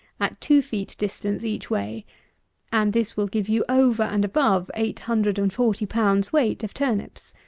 at two feet distances each way and this will give you over and above, eight hundred and forty pounds weight of turnips.